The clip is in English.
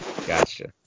Gotcha